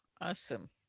Awesome